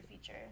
feature